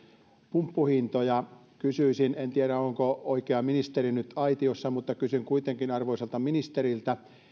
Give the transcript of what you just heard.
pumppuhintoja kysyisin en tiedä onko oikea ministeri nyt aitiossa mutta kysyn kuitenkin arvoisalta ministeriltä